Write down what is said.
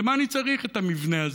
למה אני צריך את המבנה הזה,